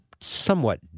somewhat